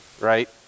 right